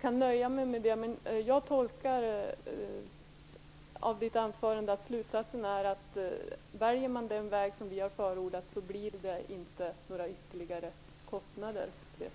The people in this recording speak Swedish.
kan nöja mig med det. Jag tolkar anförandet så, att slutsatsen är att det inte blir några ytterligare kostnader om man väljer den väg som vi har förordat.